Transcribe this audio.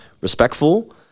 respectful